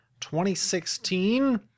2016